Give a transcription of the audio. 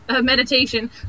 meditation